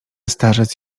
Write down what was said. starzec